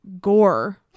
gore